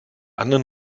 anderen